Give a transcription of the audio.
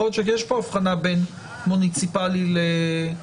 יכול להיות שיש פה הבחנה בין מוניציפלי ללאומי.